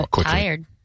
tired